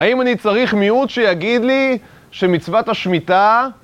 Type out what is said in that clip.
האם אני צריך מיעוט שיגיד לי שמצוות השמיטה...